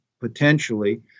potentially